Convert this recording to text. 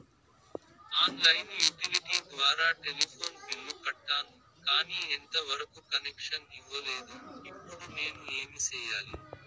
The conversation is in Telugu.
ఆన్ లైను యుటిలిటీ ద్వారా టెలిఫోన్ బిల్లు కట్టాను, కానీ ఎంత వరకు కనెక్షన్ ఇవ్వలేదు, ఇప్పుడు నేను ఏమి సెయ్యాలి?